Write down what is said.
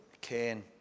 Kane